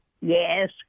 Yes